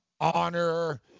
honor